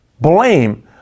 blame